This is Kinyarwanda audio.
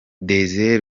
desire